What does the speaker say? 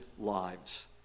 lives